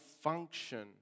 function